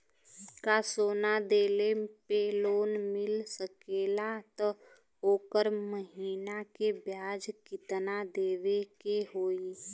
का सोना देले पे लोन मिल सकेला त ओकर महीना के ब्याज कितनादेवे के होई?